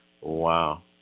Wow